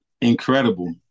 Incredible